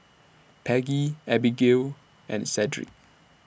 Peggie Abigayle and Sedrick